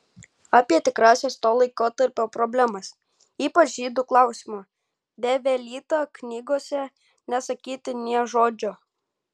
apie tikrąsias to laikotarpio problemas ypač žydų klausimu bevelyta knygose nesakyti nė žodžio